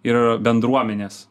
ir bendruomenės